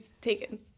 taken